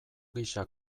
gisa